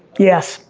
yes